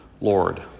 Lord